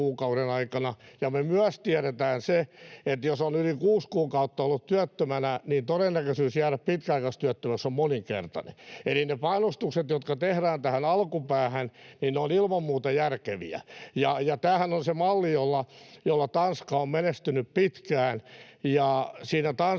ja me tiedetään myös se, että jos on yli kuusi kuukautta ollut työttömänä, niin todennäköisyys jäädä pitkäaikaistyöttömäksi on moninkertainen. Eli ne panostukset, jotka tehdään tähän alkupäähän, ovat ilman muuta järkeviä. Tämähän on se malli, jolla Tanska on menestynyt pitkään,